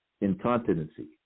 incontinency